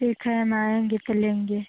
ठीक है हम आएंगे फिर लेंगे